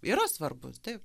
yra svarbus taip